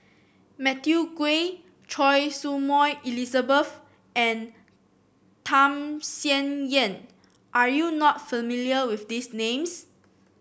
Matthew Ngui Choy Su Moi Elizabeth and Tham Sien Yen are you not familiar with these names